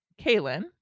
Kalen